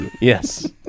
Yes